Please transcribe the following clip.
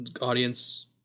audience